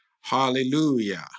Hallelujah